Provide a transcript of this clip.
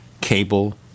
cable